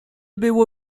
było